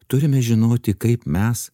turime žinoti kaip mes